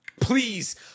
Please